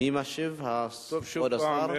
מי משיב, כבוד השר?